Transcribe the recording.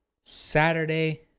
Saturday